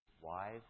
wise